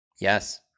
Yes